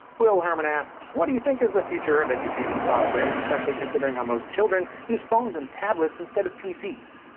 will herrman asks, what do you think is the future of edutainment software, especially considering how most children use phones and tablets instead of pcs?